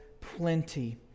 plenty